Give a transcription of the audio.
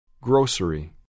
Grocery